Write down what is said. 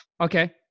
Okay